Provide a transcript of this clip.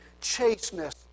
chasteness